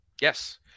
Yes